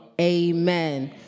amen